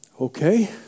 Okay